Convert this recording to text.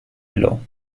below